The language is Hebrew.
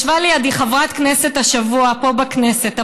ישבה לידי חברת כנסת השבוע פה בכנסת,